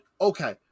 Okay